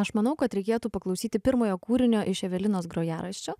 aš manau kad reikėtų paklausyti pirmojo kūrinio iš evelinos grojaraščio